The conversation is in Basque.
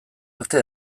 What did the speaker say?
arte